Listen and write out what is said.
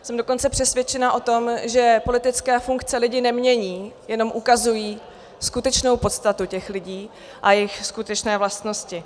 Jsem dokonce přesvědčena o tom, že politické funkce lidi nemění, jen ukazují skutečnou podstatu těch lidí a jejich skutečné vlastnosti.